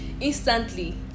instantly